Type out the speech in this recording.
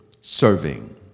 serving